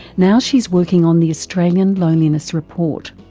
now she's working on the australian loneliness report.